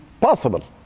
Possible